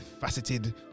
Faceted